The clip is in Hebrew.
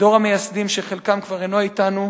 לדור המייסדים, שחלקם כבר אינם אתנו.